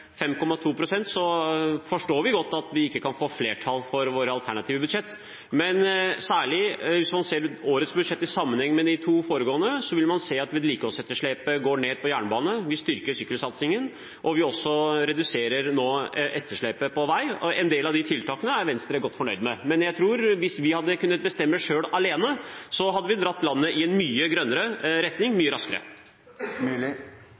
forstår vi godt at vi ikke kan få flertall for våre alternative budsjett. Men særlig hvis man ser årets budsjett i sammenheng med de to foregående, vil man se at vedlikeholdsetterslepet går ned på jernbane, at vi styrker sykkelsatsingen, og vi reduserer også vedlikeholdsetterslepet på vei. En del av disse tiltakene er Venstre godt fornøyd med. Men jeg tror at hvis vi hadde kunnet bestemme alene, hadde vi dratt landet raskere i en mye grønnere retning.